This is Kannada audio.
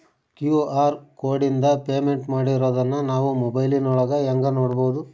ಕ್ಯೂ.ಆರ್ ಕೋಡಿಂದ ಪೇಮೆಂಟ್ ಮಾಡಿರೋದನ್ನ ನಾವು ಮೊಬೈಲಿನೊಳಗ ಹೆಂಗ ನೋಡಬಹುದು?